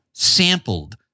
sampled